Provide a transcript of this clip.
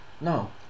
No